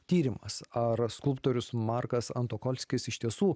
tyrimas ar skulptorius markas antokolskis iš tiesų